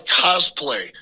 cosplay